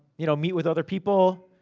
you know, meet with other people.